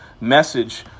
message